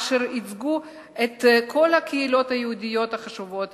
אשר ייצגו את כל הקהילות היהודיות החשובות